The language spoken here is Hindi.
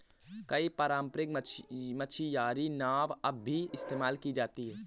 कई पारम्परिक मछियारी नाव अब भी इस्तेमाल की जाती है